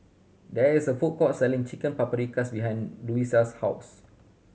there is a food court selling Chicken Paprikas behind Louisa's house